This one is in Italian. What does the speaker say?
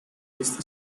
east